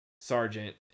sergeant